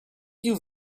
you